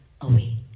away